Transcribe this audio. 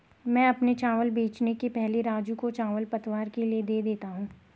मैं अपने चावल बेचने के पहले राजू को चावल पतवार के लिए दे देता हूं